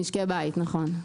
למשקי בית, נכון.